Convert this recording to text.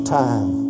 time